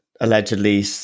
allegedly